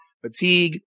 fatigue